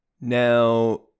Now